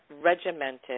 regimented